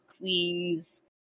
Queen's